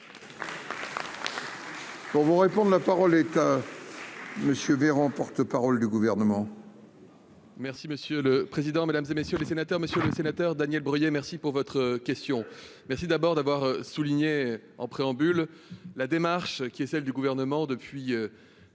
Pour vous répondre, la parole est hein. Monsieur Véran, porte-parole du gouvernement.